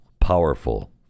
powerful